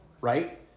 right